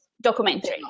documentary